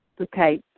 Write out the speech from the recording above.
Okay